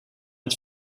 het